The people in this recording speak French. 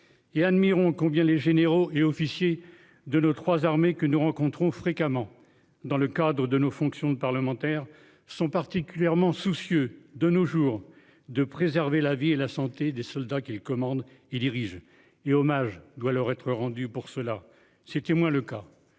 et admirons combien les généraux et officiers de nos 3 armées que nous rencontrons fréquemment dans le cadre de nos fonctions de parlementaires sont particulièrement soucieux de nos jours de préserver la vie et la santé des soldats qui commandent et dirigent et hommage doit leur être rendu pour cela c'était moins le cas,